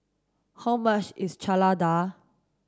how much is Chana Dal